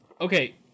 Okay